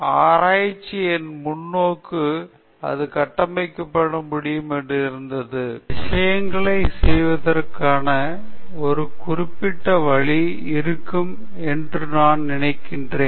ஆராய்ச்சி என் முன்னோக்கு அது கட்டமைக்கப்பட்ட முடியும் என்று இருந்தது விஷயங்களைச் செய்வதற்கான ஒரு குறிப்பிட்ட வழி இருக்கும் என்று நான் நினைத்தேன்